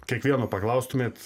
kiekvieno paklaustumėt